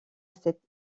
cette